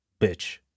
Bitch